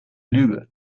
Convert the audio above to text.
lüge